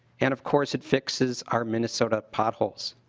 and of course it fixes our minnesota potholes.